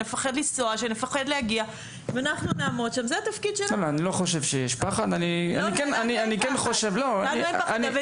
אני לא חושב שמדובר בפחד,